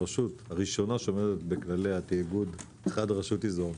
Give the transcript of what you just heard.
והרשות הראשונה שעומדת בכללי התאגוד אחת מהן זה עומר.